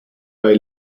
bei